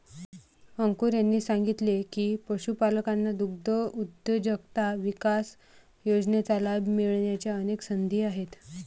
अंकुर यांनी सांगितले की, पशुपालकांना दुग्धउद्योजकता विकास योजनेचा लाभ मिळण्याच्या अनेक संधी आहेत